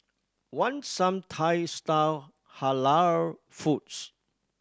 want some Thai style Halal foods